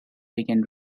began